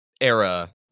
era